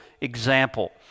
example